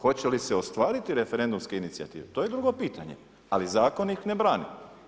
Hoće li se ostvariti referendumske inicijative, to je drugo pitanje ali zakonik ne brani.